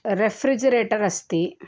refrigerator अस्ति